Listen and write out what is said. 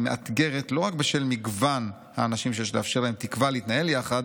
היא מאתגרת לא רק בשל מגוון האנשים שיש לאפשר להם תקווה להתנהל יחד